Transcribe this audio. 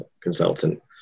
consultant